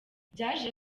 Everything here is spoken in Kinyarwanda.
byaje